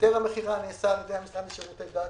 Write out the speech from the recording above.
היתר המכירה נעשה על ידי המשרד לשירותי דת